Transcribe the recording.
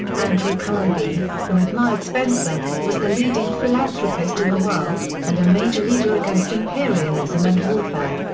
andrew carnegie, who admired spencer, was the leading philanthropist in the world, and a major leader against imperialism and warfare.